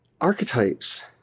Archetypes